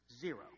Zero